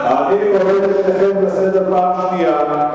אני קורא את שניכם לסדר פעם שנייה.